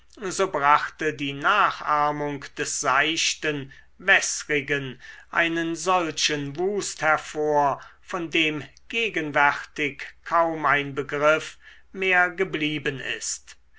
so brachte die nachahmung des seichten wäßrigen einen solchen wust hervor von dem gegenwärtig kaum ein begriff mehr geblieben ist